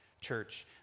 church